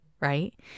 right